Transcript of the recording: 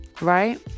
Right